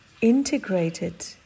integrated